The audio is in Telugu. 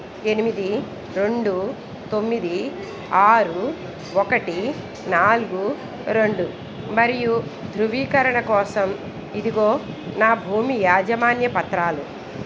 ఎనిమిది రెండు తొమ్మిది ఆరు ఒకటి నాలుగు రెండు మరియు ధృవీకరణ కోసం ఇదిగో నా భూమి యాజమాన్య పత్రాలు